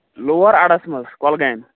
لور اَڈَس منٛز کۄلگامہِ